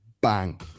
bang